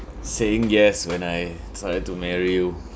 saying yes when I decided to marry you